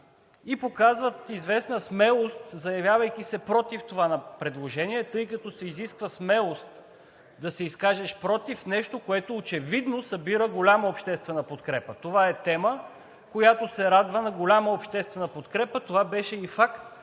и показват известна смелост, заявявайки се „против“ това предложение, тъй като се изисква смелост да се изкажеш „против“ нещо, което, очевидно, събира голяма обществена подкрепа. Това е тема, която се радва на голяма обществена подкрепа. Това беше и факт,